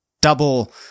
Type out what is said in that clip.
double